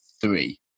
three